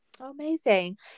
amazing